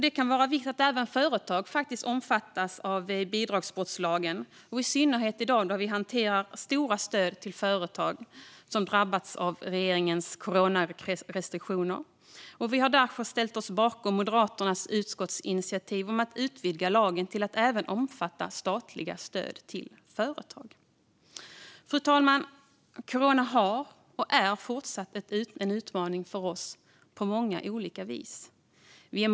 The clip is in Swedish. Det kan vara av vikt att även företag omfattas av bidragsbrottslagen, i synnerhet i dag när vi hanterar stora stöd till företag som drabbats av regeringens coronarestriktioner. Vi har därför ställt oss bakom Moderaternas utskottsinitiativ om att utvidga lagen till att även omfatta statliga stöd till företag. Fru talman! Corona har varit och är även fortsättningsvis en utmaning för oss på många olika vis.